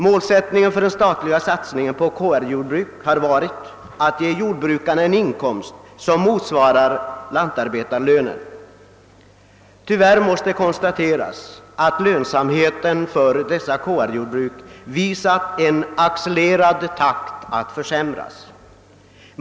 Målsättningen för den statliga satsningen på KR-jordbruk har varit att ge jordbrukarna en inkomst som motsvarar lantarbetarlönen. Tyvärr måste konstateras att lönsamheten för dessa KR-jordbruk i accelererande tempo försämras.